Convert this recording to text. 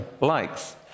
likes